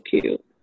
cute